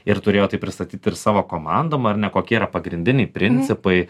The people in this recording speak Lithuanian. ir turėjo tai pristatyt ir savo komandom ar ne kokie yra pagrindiniai principai